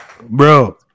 bro